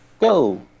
go